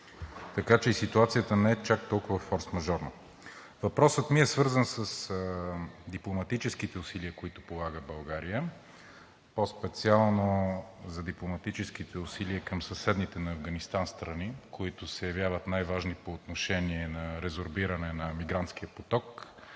така че ситуацията не е чак толкова форсмажорна. Въпросът ми е свързан с дипломатическите усилия, които полага България, по-специално за дипломатическите усилия към съседните на Афганистан страни, които се явяват най-важни по отношение на резорбиране на мигрантския поток,